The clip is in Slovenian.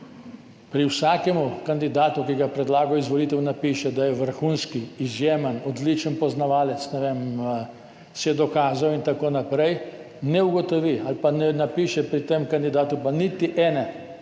pri vsakem kandidatu, ki ga je predlagal v izvolitev, napiše, da je vrhunski, izjemen, odličen poznavalec, ne vem, se je dokazal in tako naprej, ne ugotovi ali pa ne napiše pri tem kandidatu pa niti ene,